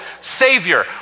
Savior